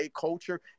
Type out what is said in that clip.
culture